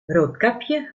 roodkapje